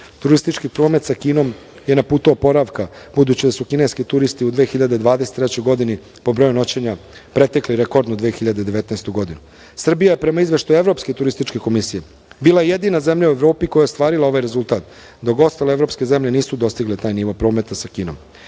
Turistički promet sa Kinom je na putu oporavka, budući da su kineski turisti u 2023. godini po broju noćenja pretekli rekordnu 2019. godinu. Srbija prema izveštaju Evropske turističke komisije je bila jedina zemlja u Evropi koja je ostvarila ovaj rezultat, dok ostale evropske zemlje nisu dostigle taj nivo prometa sa Kinom.